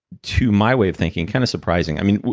to my way of thinking, kind of surprising. i mean,